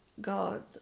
God